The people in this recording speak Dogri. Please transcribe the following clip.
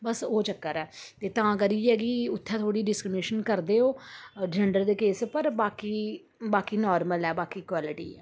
बस ओह् चक्कर ऐ ते तां करियै की उ'त्थें थोह्ड़ी डिस्क्रिमिनेशन करदे ओह् जेंडर दे केस उप्पर बाकी बाकी नॉर्मल बाकी इक्वलिटी ऐ